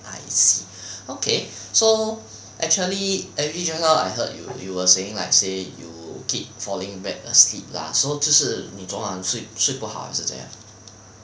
I see okay so actually actually just now I heard you you were saying like say you keep falling back asleep lah so 就是你昨晚睡睡不好还是怎样